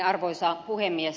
arvoisa puhemies